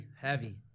heavy